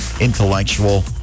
intellectual